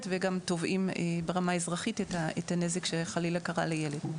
וגם תובעים ברמה האזרחית את הנזק שחלילה קרה לילד.